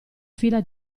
fila